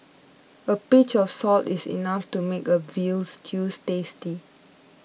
a pinch of salt is enough to make a Veal Stew tasty